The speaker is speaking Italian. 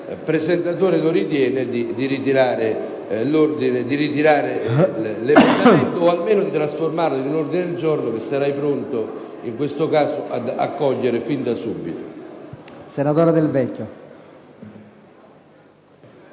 al presentatore, se lo ritiene, di ritirare l'emendamento, o almeno di trasformarlo in un ordine del giorno, che sarei pronto in questo caso ad accogliere fin da subito.